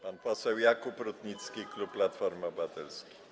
Pan poseł Jakub Rutnicki, klub Platformy Obywatelskiej.